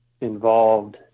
involved